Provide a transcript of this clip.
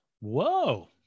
Whoa